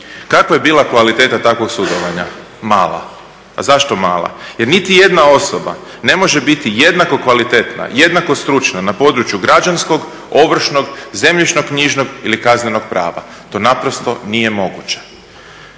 Kakva je bila kvaliteta takvog sudovanja? Mala. A zašto mala? Jer niti jedna osoba ne može biti jednako kvalitetna, jednako stručna na području građanskog, ovršnog, zemljišnoknjižnog ili kaznenog prava, to naprosto nije moguće.